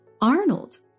Arnold